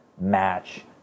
match